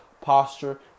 Posture